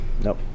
Nope